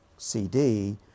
CD